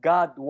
God